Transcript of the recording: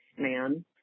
man